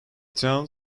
town